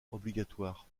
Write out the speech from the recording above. obligatoire